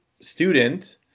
student